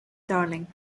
darling